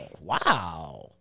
wow